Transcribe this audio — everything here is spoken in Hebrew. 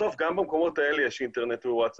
בסוף גם במקומות האלה יש אינטרנט ו-ווטסאפ.